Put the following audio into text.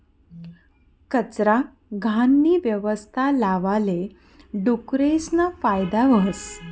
कचरा, घाणनी यवस्था लावाले डुकरेसना फायदा व्हस